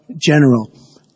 general